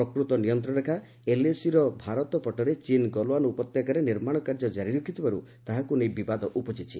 ପ୍ରକୃତ ନିୟନ୍ତ୍ରଣ ରେଖା ଏଲ୍ଏସିର ଭାରତ ପଟରେ ଚୀନ୍ ଗଲୱାନ ଉପତ୍ୟକାରେ ନିର୍ମାଣ କାର୍ଯ୍ୟ ଜାରି ରଖିଥିବାରୁ ତାହାକୁ ନେଇ ବିବାଦ ଉପୁଜିଛି